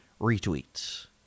retweets